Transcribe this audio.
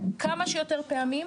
כמה שיותר פעמים,